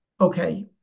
okay